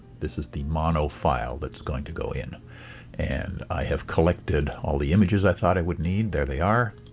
this is the mono file that's going to go in and i have collected all the images i thought i would need there they are.